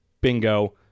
bingo